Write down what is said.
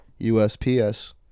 USPS